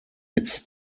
its